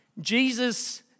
Jesus